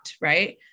right